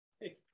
hey